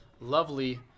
lovely